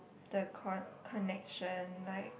the con~ connection like